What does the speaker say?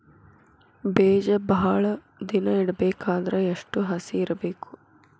ಬೇಜ ಭಾಳ ದಿನ ಇಡಬೇಕಾದರ ಎಷ್ಟು ಹಸಿ ಇರಬೇಕು?